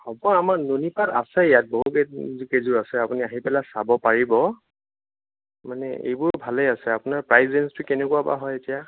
হ'ব আমাৰ নুনী পাট আছে ইয়াত বহু কেইযোৰ কেইযোৰ আছে আপুনি আহি পেলাই চাব পাৰিব মানে এইবোৰ ভালে আছে আপোনাৰ প্ৰাইজ ৰেঞ্জটো কেনেকুৱা বা হয় এতিয়া